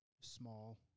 small